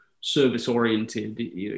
service-oriented